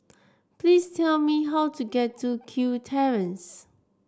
please tell me how to get to Kew Terrace